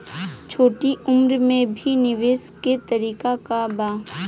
छोटी उम्र में भी निवेश के तरीका क बा?